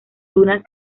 dunas